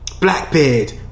Blackbeard